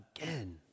again